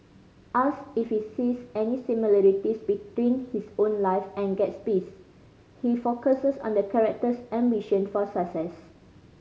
ask if he sees any similarities between his own life and Gatsby's he focuses on the character's ambition for success